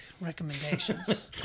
recommendations